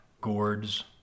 gourds